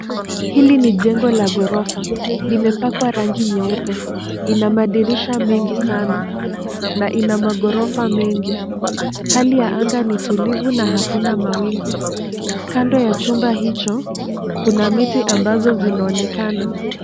Hili ni jengo la ghorofa. Limepakwa rangi nyeupe. Ina madirisha mengi sana na ina maghorofa mengi. Hali ya anga ni tulivu na hakuna mawingu. Kando ya chumba hicho kuna miti ambazo zinaonekana.